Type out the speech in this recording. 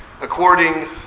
According